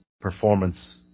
performance